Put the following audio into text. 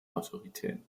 autorität